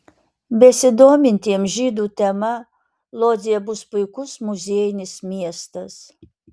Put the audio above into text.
besidomintiems žydų tema lodzė bus puikus muziejinis miestas